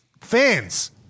fans